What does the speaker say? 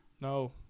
No